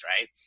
right